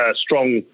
strong